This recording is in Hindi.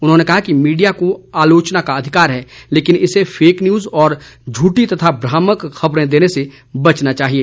उन्होंने कहा कि मीडिया को आलोचना का अधिकार है लेकिन इसे फेक न्यूज और झूठी तथा भ्रामक खबरें देने से बचना चाहिए